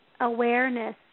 awareness